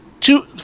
two